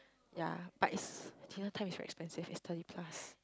yea but is the dinner time is very expensive is thirty plus